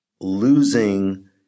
losing –